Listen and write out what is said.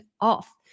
off